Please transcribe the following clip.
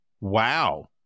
Wow